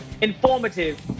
informative